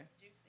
Juicy